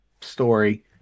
story